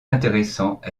intéressant